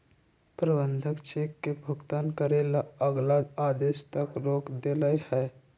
प्रबंधक चेक के भुगतान करे ला अगला आदेश तक रोक देलई ह